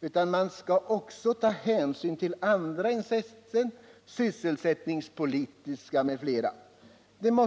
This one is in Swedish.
utan också till att hänsyn till andra intressen, sysselsättningspolitiska m.fl., skall tas.